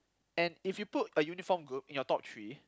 and if you put a uniform group in your top three